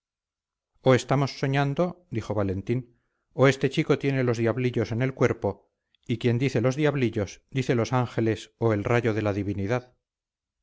o estamos soñando dijo valentín o este chico tiene los diablos en el cuerpo y quien dice los diablos dice los ángeles o el rayo de la divinidad